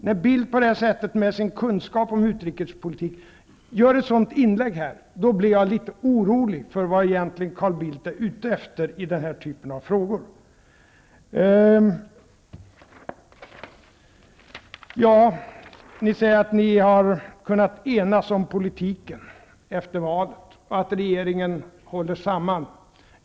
När Carl Bildt på det här sättet, med sin kunskap om utrikespolitik, gör ett sådant inlägg här blir jag litet orolig för vad han egentligen är ute efter i den här typen av frågor. Ni säger att ni har kunnat enas om politiken efter valet och att regeringen håller samman.